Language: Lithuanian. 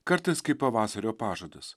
kartais kaip pavasario pažadas